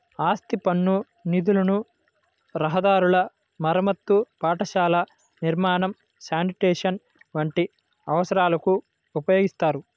ఆస్తి పన్ను నిధులను రహదారుల మరమ్మతు, పాఠశాలల నిర్మాణం, శానిటేషన్ వంటి అవసరాలకు ఉపయోగిత్తారు